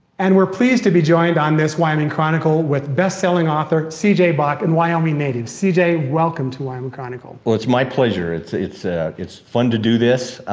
and we're pleased to be joined on this wyoming chronicle with best selling author, c j. box and wyoming native. c j. welcome to wyoming chronicle. well, it's my pleasure. it's it's ah fun to do this,